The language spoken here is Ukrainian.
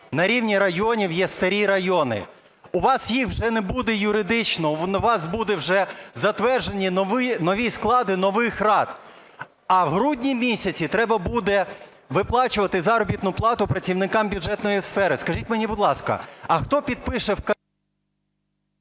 на рівні районів є старі райони. У вас їх вже не буде юридично, у вас буде вже затверджено нові склади нових рад, а в грудні місяці треба буде виплачувати заробітну плату працівникам бюджетної сфери. Скажіть мені, будь ласка, а хто підпише…